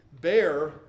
bear